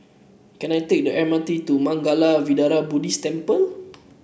can I take the M R T to Mangala Vihara Buddhist Temple